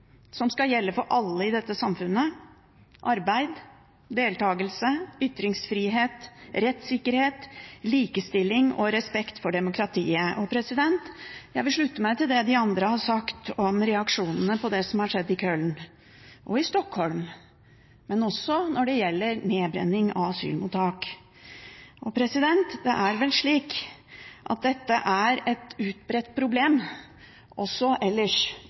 som skal gjelde for alle i dette samfunnet: arbeid, deltakelse, ytringsfrihet, rettssikkerhet, likestilling og respekt for demokratiet. Jeg vil slutte meg til det de andre har sagt om reaksjonene på det som har skjedd i Köln og i Stockholm, men også når det gjelder nedbrenning av asylmottak. Det er vel slik at dette er et utbredt problem også ellers,